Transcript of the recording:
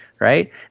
right